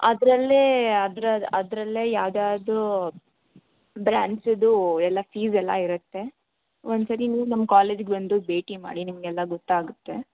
ಅದರಲ್ಲೇ ಅದ್ರ ಅದರಲ್ಲೇ ಯಾವ್ದ್ಯಾವುದು ಬ್ರಾಂಚದು ಎಲ್ಲ ಫೀಸೆಲ್ಲ ಇರುತ್ತೆ ಒಂದು ಸರಿ ನೀವು ನಮ್ಮ ಕಾಲೇಜ್ಗೆ ಬಂದು ಭೇಟಿ ಮಾಡಿ ನಿಮಗೆಲ್ಲ ಗೊತ್ತಾಗುತ್ತೆ